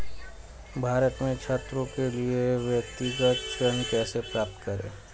भारत में छात्रों के लिए व्यक्तिगत ऋण कैसे प्राप्त करें?